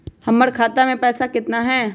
हमर खाता मे पैसा केतना है?